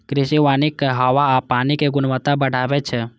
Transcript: कृषि वानिक हवा आ पानिक गुणवत्ता बढ़बै छै